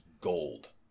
gold